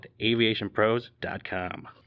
AviationPros.com